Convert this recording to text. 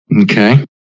Okay